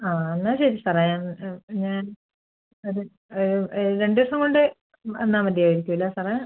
ആ എന്നാൽ ശരി സാറേ ഞാൻ ഞാൻ അത് രണ്ടു ദിവസം കൊണ്ട് വന്നാൽ മതിയാവുമായിരിക്കുമല്ലേ സാറേ